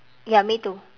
ya me too